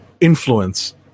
influence